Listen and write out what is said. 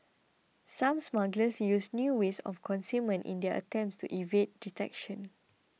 some smugglers used new ways of concealment in their attempts to evade detection